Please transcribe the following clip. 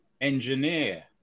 engineer